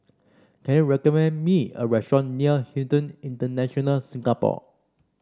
can you recommend me a restaurant near Hilton International Singapore